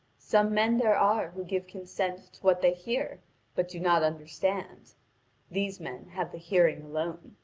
some men there are who give consent to what they hear but do not understand these men have the hearing alone.